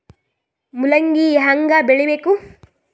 ಮೂಲಂಗಿ ಹ್ಯಾಂಗ ಬೆಳಿಬೇಕು?